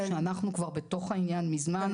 אנחנו כבר בתוך העניין מזמן,